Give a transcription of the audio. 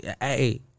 hey